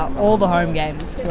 all the home games,